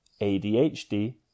ADHD